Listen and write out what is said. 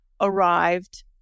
arrived